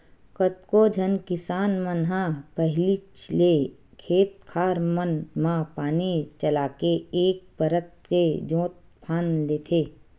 कतको झन किसान मन ह पहिलीच ले खेत खार मन म पानी चलाके एक परत के जोंत फांद लेथे